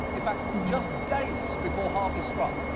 in fact, just days before harvey struck,